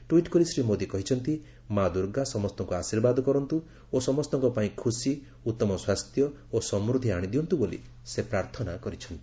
tweet କରି ଶ୍ରୀ ମୋଦୀ କହିଛନ୍ତି ମା' ଦୁର୍ଗା ସମସ୍ତଙ୍କୁ ଆଶୀର୍ବାଦ କରନ୍ତୁ ଓ ସମସ୍ତଙ୍କ ପାଇଁ ଖୁସି ଉଭମ ସ୍ୱାସ୍ଥ୍ୟ ଓ ସମୃଦ୍ଧି ଆଣିଦିଅନ୍ତୁ ବୋଲି ସେ ପ୍ରାର୍ଥନା କରିଛନ୍ତି